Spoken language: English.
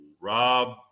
Rob